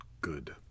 good